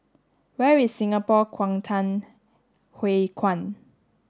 where is Singapore Kwangtung Hui Kuan